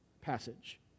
passage